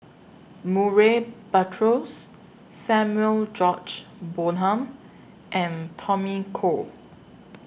Murray Buttrose Samuel George Bonham and Tommy Koh